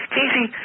Casey